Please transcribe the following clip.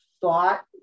thought